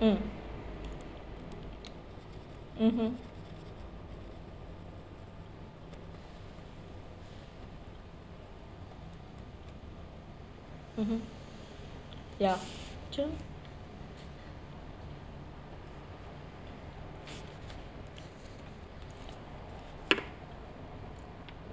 mm mmhmm mmhmm ya true